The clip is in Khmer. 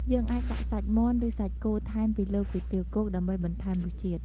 យើងអាចដាក់សាច់មាន់ ឬសាច់គោថែមពីលើគុយទាវគោកដើម្បីបន្ថែមរសជាតិ។